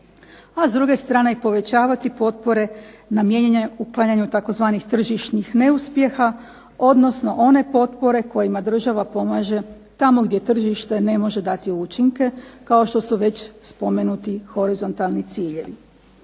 a s druge strane povećavati potpore namijenjene uklanjanju tzv. tržišnih neuspjeha, odnosno one potpore kojima država pomaže tamo gdje tržište ne može dati učinke, kao što su već spomenuti horizontalni ciljevi.